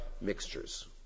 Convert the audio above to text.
mixtures